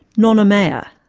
nonna mayer.